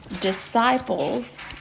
disciples